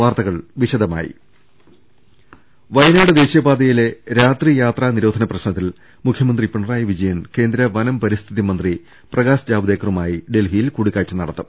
ള അ ശ്ര ശ്ര ശ്ര ശ്ര ശ്ര അ വയനാട് ദേശീയപാതയിലെ രാത്രി യാത്രാ നിരോധന പ്രശ്ന ത്തിൽ മുഖ്യമന്ത്രി പിണറായി വിജയൻ കേന്ദ്ര വനം പരി സ്ഥിതി മന്ത്രി പ്രകാശ് ജാവ്ദേക്കറുമായി ഇന്ന് ഡൽഹി യിൽ കൂടിക്കാഴ്ച നടത്തും